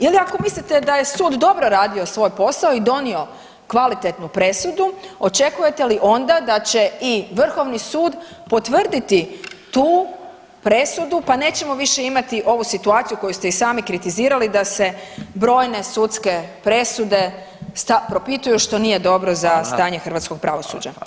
Ili ako mislite da je sud dobro radio svoj posao i donio kvalitetnu presudu očekujete li onda da će i Vrhovni sud potvrditi tu presudu pa nećemo više imati ovu situaciju koju ste i sami kritizirali da se brojne sudske presude propituju što nije dobro za stanje hrvatskog pravosuđa.